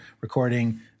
recording